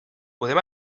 podem